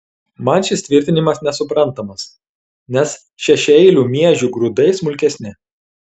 man šis tvirtinimas nesuprantamas nes šešiaeilių miežių grūdai smulkesni